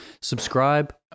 subscribe